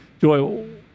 joy